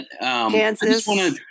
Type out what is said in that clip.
Kansas